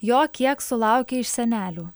jo kiek sulaukia iš senelių